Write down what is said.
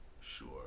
sure